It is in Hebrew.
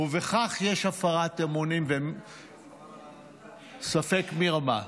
בכך יש הפרת אמונים וספק מרמה.